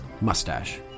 Mustache